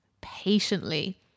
patiently